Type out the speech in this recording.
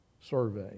survey